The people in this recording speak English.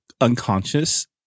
unconscious